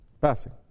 passing